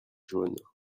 jaunes